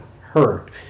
hurt